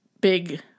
big